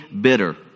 bitter